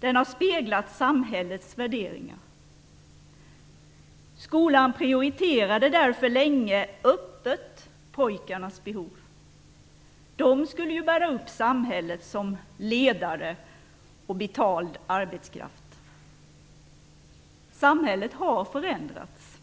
Den har speglat samhällets värderingar. Skolan prioriterade därför länge öppet pojkarnas behov. De skulle bära upp samhället som ledare och betald arbetskraft. Samhället har förändrats.